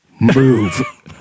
move